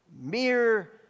mere